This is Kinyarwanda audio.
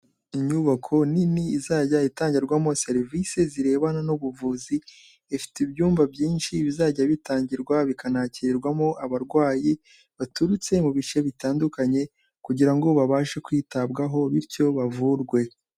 Inyubako nini izajya itangirwamo serivisi zirebana n'ubuvuzi ifite ibyumba byinshi bizajya bitangirwa bikanakirwamo abarwayi baturutse mu bice bitandukanye kugira ngo babashe kwitabwaho bityo bavurwe.